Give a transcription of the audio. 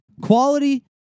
Quality